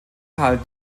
carl